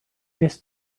this